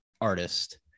artist